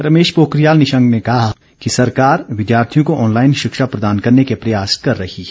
रमेश पोखरियाल निर्शंक ने कहा कि सरकार विद्यार्थियों को ऑनलाइन शिक्षा प्रदान करने के प्रयास कर रही है